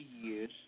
years